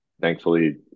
thankfully